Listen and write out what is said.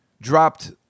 dropped